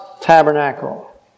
tabernacle